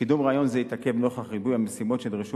קידום רעיון זה התעכב נוכח ריבוי משימות שנדרשו